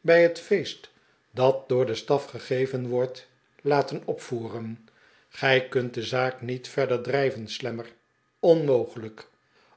bij het feest dat door den staf gegeven wordt r laten opvoeren gij kuiit de zaak niet verder drijven slammer onmoglijk